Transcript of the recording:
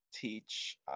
Teach